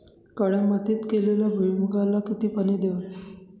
काळ्या मातीत केलेल्या भुईमूगाला किती पाणी द्यावे?